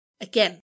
Again